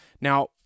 Now